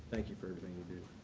thank you for everything you do.